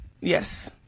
yes